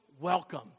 welcome